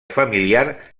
familiar